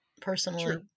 personally